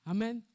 Amen